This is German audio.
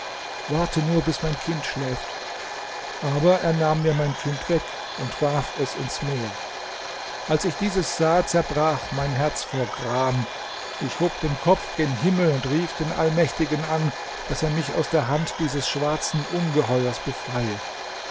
warte nur bis mein kind schläft aber er nahm mir mein kind weg und warf es ins meer als ich dieses sah zerbrach mein herz vor gram ich hob den kopf gen himmel und rief den allmächtigen an daß er mich aus der hand dieses schwarzen ungeheuers befreie